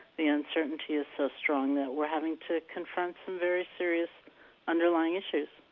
the uncertainty is so strong that we're having to confront some very serious underlying issues